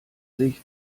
sich